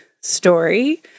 story